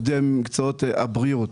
עובדי מקצועות הבריאות.